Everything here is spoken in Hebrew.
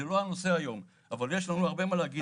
זה לא הנושא היום, אבל יש לנו הרבה מה להגיד.